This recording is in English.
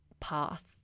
path